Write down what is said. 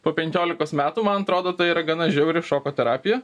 po penkiolikos metų man atrodo tai yra gana žiauri šoko terapija